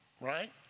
right